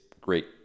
great